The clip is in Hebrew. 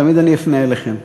תמיד אני אפנה אליכן,